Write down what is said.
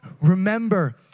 Remember